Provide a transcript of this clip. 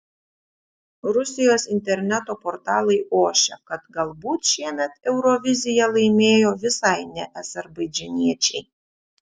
rusijos interneto portalai ošia kad galbūt šiemet euroviziją laimėjo visai ne azerbaidžaniečiai